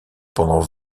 pendant